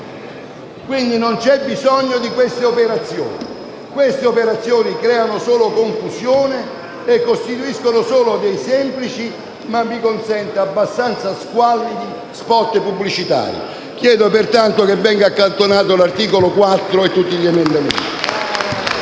attuale. Non c'è bisogno di queste operazioni, che creano solo confusione e costituiscono meri e - mi consenta - abbastanza squallidi *spot* pubblicitari. Chiedo pertanto che venga accantonato l'articolo 4 e tutti gli emendamenti